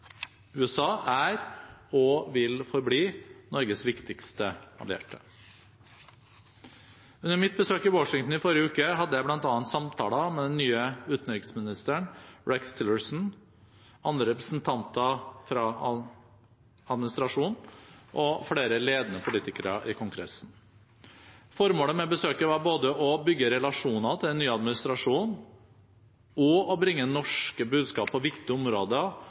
USA er – og vil forbli – Norges viktigste allierte. Under mitt besøk i Washington i forrige uke hadde jeg samtaler med bl.a. den nye utenriksministeren, Rex Tillerson, andre representanter for administrasjonen og flere ledende politikere i Kongressen. Formålet med besøket var både å bygge relasjoner til den nye administrasjonen og å bringe norske budskap på